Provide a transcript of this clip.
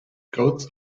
goats